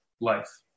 life